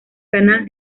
canal